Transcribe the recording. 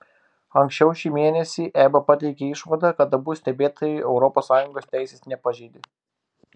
anksčiau šį mėnesį eba pateikė išvadą kad abu stebėtojai europos sąjungos teisės nepažeidė